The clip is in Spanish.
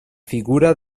figura